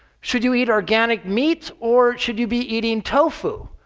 should you eat organic meats or should you be eating tofu?